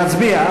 להצביע.